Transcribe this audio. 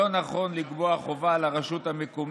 לא נכון לקבוע חובה לרשות המקומית,